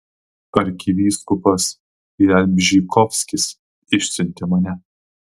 arkivyskupas jalbžykovskis išsiuntė mane